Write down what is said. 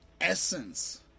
essence